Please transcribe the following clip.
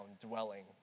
dwelling